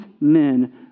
men